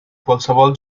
qualsevol